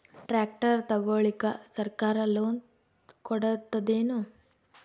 Tractor ತಗೊಳಿಕ ಸರ್ಕಾರ loan ಕೊಡತದೇನು?